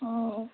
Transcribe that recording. অঁ